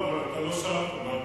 אבל אתה לא שאלת, מרגי.